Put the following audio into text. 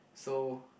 so